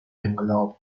انقلاب